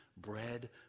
bread